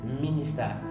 minister